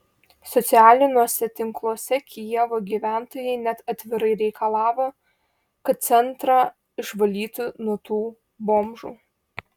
socialiniuose tinkluose kijevo gyventojai net atvirai reikalavo kad centrą išvalytų nuo tų bomžų